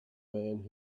man